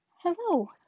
Hello